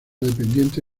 dependiente